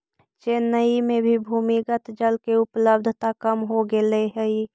चेन्नई में भी भूमिगत जल के उपलब्धता कम हो गेले हई